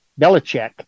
Belichick